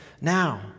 now